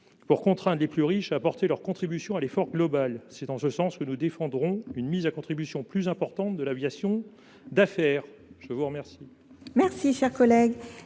pour contraindre les plus riches à apporter leurs contributions à l’effort global. C’est en ce sens que nous défendrons une mise à contribution plus importante de l’aviation d’affaires. L’amendement